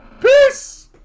Peace